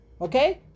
Okay